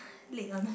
late one